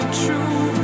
true